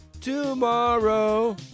tomorrow